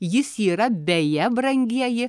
jis yra beje brangieji